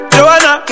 Joanna